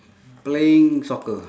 playing soccer